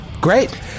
great